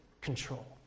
control